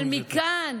אבל מכאן